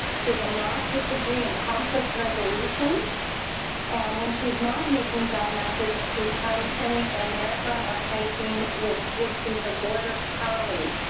a masters degree in conflict resolution and when she is not making job matches, she's probably training for a marathon or hiking with gypsy, her border collie.